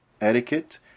etiquette